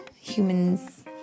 Humans